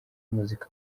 muziki